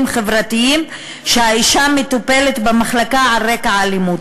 חברתיים שהאישה מטופלת בה על רקע אלימות.